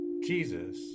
Jesus